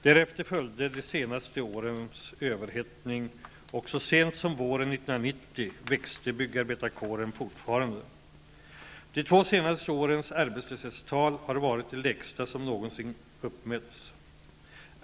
Därefter följde de senaste årens överhettning , och så sent som våren 1990 växte byggarbetarkåren fortfarande. De två senaste årens arbetslöshetstal har varit de lägsta som någonsin uppmätts.